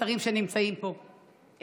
כבוד השרים שנמצאים פה,